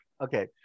okay